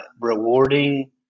rewarding